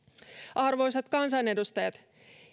arvoisat kansanedustajat